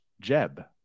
Jeb